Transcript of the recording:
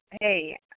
hey